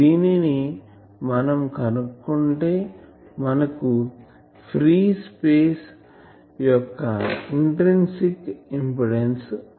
దీనిని మనం కనుక్కుంటే మనకు ఫ్రీ స్పేస్ యొక్క ఇంట్రిన్సిక్ ఇంపిడెన్సు intrinsic impedance